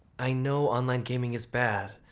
i know online gaming is bad,